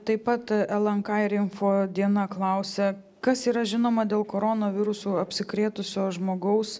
taip pat lnk ir info diena klausė kas yra žinoma dėl koronavirusu apsikrėtusio žmogaus